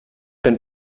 been